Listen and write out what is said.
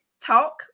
talk